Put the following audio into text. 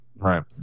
Right